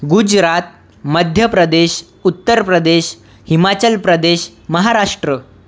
Gujarat Madhya Pradesh Uttar Pradesh Himachal Pradesh Maharashtra